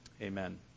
amen